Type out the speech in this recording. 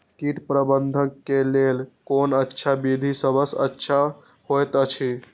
कीट प्रबंधन के लेल कोन अच्छा विधि सबसँ अच्छा होयत अछि?